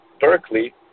Berkeley